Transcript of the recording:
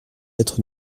être